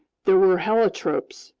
there were heliotropes,